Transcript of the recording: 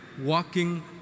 walking